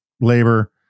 labor